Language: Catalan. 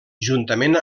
juntament